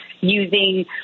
using